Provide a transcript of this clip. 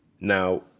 Now